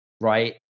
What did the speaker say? Right